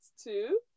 two